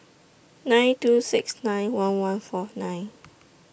nine two six nine one one four nine